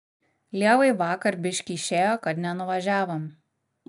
lievai vakar biškį išėjo kad nenuvažiavom